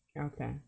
Okay